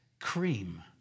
cream